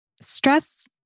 stress